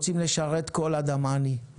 רוצים לשרת כל אדם עני.